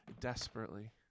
desperately